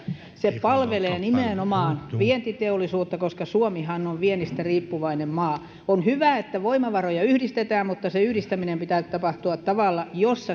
se palvelee nimenomaan vientiteollisuutta koska suomihan on viennistä riippuvainen maa on hyvä että voimavaroja yhdistetään mutta yhdistämisen pitää tapahtua tavalla jolla